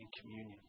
communion